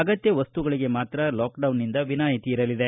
ಅಗತ್ತ ವಸ್ತುಗಳಿಗೆ ಮಾತ್ರ ಲಾಕ್ಡೌನ್ನಿಂದ ವಿನಾಯಿತಿ ಇರಲಿದೆ